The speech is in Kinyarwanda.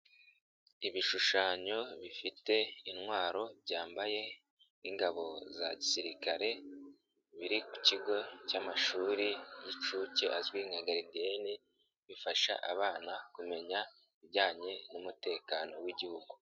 Ibishushanyo bifite intwaro byambaye n'ingabo za gisirikare biri ku kigo cy'amashuri y'incuke azwi nka garidiyeni bifasha abana kumenya ibijyanye n'umutekano w'igihugu.